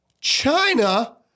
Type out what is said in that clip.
China